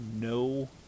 no –